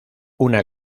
una